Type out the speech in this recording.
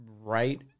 right